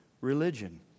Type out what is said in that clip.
religion